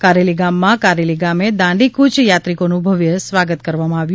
કારેલી ગામમાં કારેલી ગામે દાંડીફૂચ યાત્રિકોનું ભવ્ય સ્વાગત કરવામાં આવ્યું